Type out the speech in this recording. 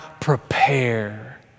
prepare